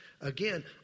Again